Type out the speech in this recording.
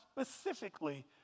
specifically